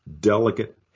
delicate